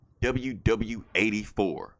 WW84